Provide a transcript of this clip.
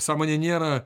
sąmonė nėra